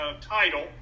title